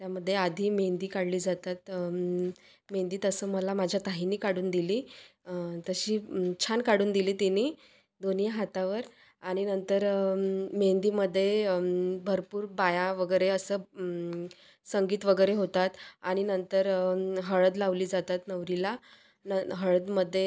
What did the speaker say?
त्यामध्ये आधी मेंदी काढली जातात मेंदी तसं मला माझ्या ताईने काढून दिली तशी छान काढून दिली तिने दोन्ही हातांवर आणि नंतर मेंदीमध्ये भरपूर पाया वगैरे असं संगीत वगैरे होतात आणि नंतर हळद लावली जातात नवरीला न हळदमध्ये